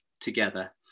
together